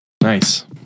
Nice